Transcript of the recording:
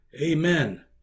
Amen